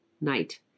night